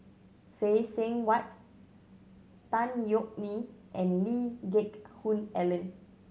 Phay Seng Whatt Tan Yeok Nee and Lee Geck Hoon Ellen